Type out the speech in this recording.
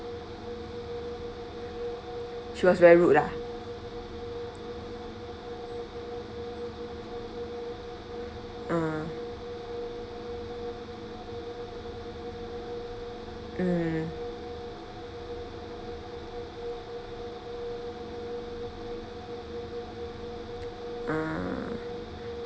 she was very rude ah ah mm ah